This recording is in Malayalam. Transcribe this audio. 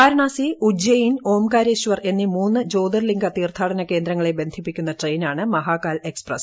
വാരണാസി ഉജൈയിൻ ഓംങ്കാരേശ്വർ എന്നീ മൂന്ന് ജോതിർലിംഗ തീർത്ഥാടന കേന്ദ്രങ്ങളെ ബന്ധിപ്പിക്കുന്ന ട്രെയിനാണ് മഹാകാൽ എക്സ്പ്രസ്